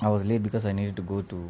I was late because I needed to go to